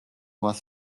მას